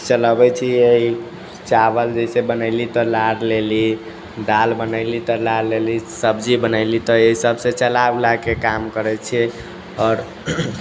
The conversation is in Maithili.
चलबै छियै चावल जैसे बनैली तऽ लारि लेली दालि बनैली तऽ लार लेली सब्जी बनैली तऽ एहि सबसँ चला उलाके काम करै छियै आओर